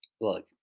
Look